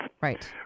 Right